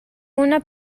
una